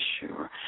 sure